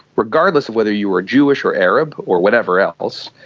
regardless of whether you are jewish or arab or whatever else,